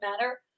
matter